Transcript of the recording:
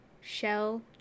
shell